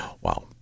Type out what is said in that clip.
Wow